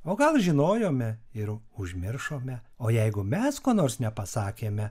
o gal žinojome ir užmiršome o jeigu mes ko nors nepasakėme